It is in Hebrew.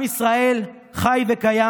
עם ישראל חי וקיים.